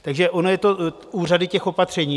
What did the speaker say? Takže ono je to u řady těch opatření.